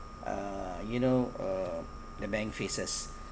uh you know uh the bank faces